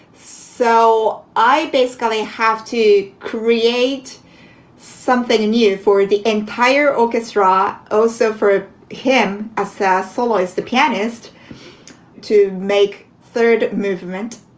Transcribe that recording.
so i basically have to create something new for the entire orchestra. also for him, assests follows the pianist to make third movement.